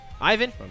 Ivan